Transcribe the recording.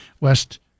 West